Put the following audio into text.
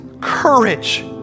courage